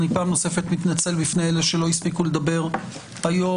ואני מתנצל בפני אלה שלא הספיקו לדבר היום.